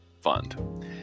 fund